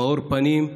מאור הפנים,